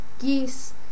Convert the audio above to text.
geese